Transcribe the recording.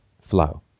flow